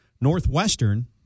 Northwestern